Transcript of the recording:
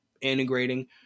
integrating